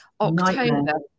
October